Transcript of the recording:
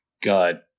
God